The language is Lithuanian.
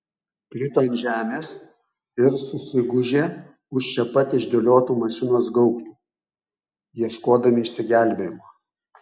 krito ant žemės ir susigūžė už čia pat išdėliotų mašinos gaubtų ieškodami išsigelbėjimo